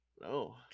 No